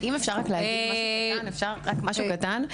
אם אפשר להגיד רק משהו קטן.